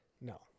No